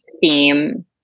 theme